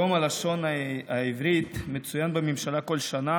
יום הלשון העברית מצוין בממשלה כל שנה